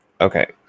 Okay